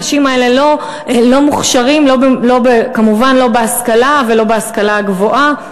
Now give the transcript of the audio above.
האנשים האלה לא מוכשרים כמובן לא בהשכלה ולא בהשכלה הגבוהה,